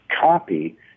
copy